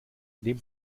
neben